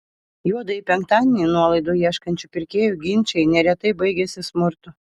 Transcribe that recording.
juodąjį penktadienį nuolaidų ieškančių pirkėjų ginčai neretai baigiasi smurtu